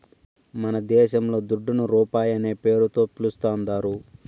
మనదేశంల దుడ్డును రూపాయనే పేరుతో పిలుస్తాందారు